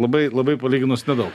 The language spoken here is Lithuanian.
labai labai palyginus nedaug